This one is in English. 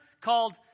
called